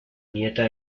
nieta